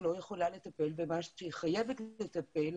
לא יכולה לטפל במה שהיא חייבת לטפל,